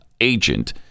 agent